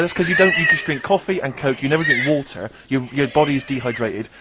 that's because you don't, you just drink coffee and coke, you never drink water, your your body is de-hydrated,